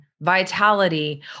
vitality